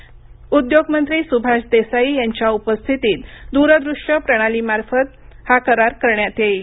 आज उद्योगमंत्री सुभाष देसाई यांच्या उपस्थितीत द्रदृश्य प्रणालीमार्फत हा करार करण्यात येईल